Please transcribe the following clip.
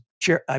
chair